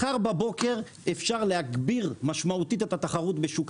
מחר בבוקר אפשר להגביר משמעותית את התחרות בשוק